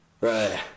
Right